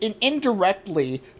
indirectly